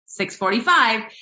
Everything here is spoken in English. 645